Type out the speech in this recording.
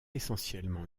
essentiellement